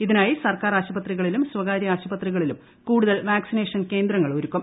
ഇതിനായി സർക്കാർ ആശുപത്രികളിലും സ്വകാര്യ ആശുപത്രികളിലും കൂടുതൽ വാക്സിനേഷൻ കേന്ദ്രങ്ങൾ ഒരുക്കും